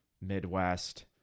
Midwest